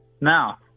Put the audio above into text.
Now